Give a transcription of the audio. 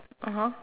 (uh huh)